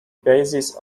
basis